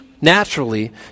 naturally